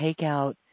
takeout